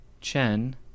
Chen